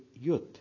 youth